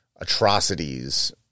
atrocities